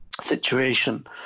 situation